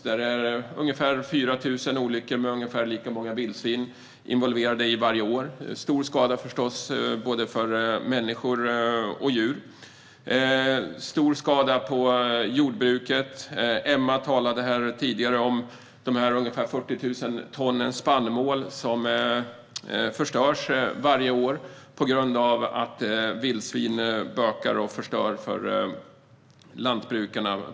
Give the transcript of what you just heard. Det är ungefär 4 000 olyckor med ungefär lika många vildsvin involverade varje år. Det blir stor skada på människor, djur och jordbruket. Emma Nohrén talade tidigare om de 40 000 ton spannmål som förstörs varje år på grund av att vildsvin bökar och förstör för lantbrukarna.